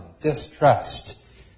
distrust